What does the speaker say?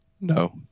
No